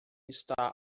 está